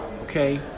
Okay